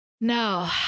No